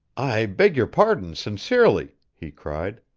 i beg your pardon, sincerely, he cried,